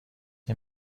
این